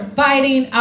fighting